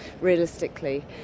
realistically